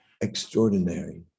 extraordinary